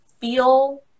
feel